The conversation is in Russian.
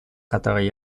которой